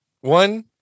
One